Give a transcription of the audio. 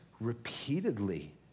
repeatedly